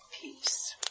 peace